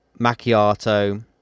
macchiato